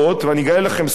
ואני אגלה לכם סוד,